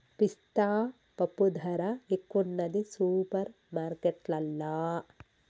పిస్తా పప్పు ధర ఎక్కువున్నది సూపర్ మార్కెట్లల్లా